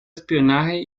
espionaje